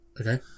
Okay